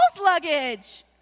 luggage